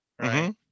right